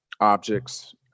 objects